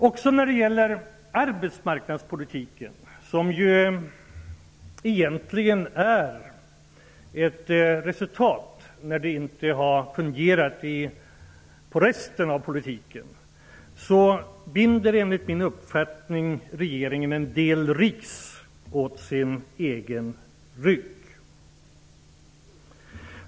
Den nuvarande arbetsmarknadspolitiken är ett resultat av att resterande politikområden inte har fungerat. Därför binder regeringen ris åt sin egen rygg.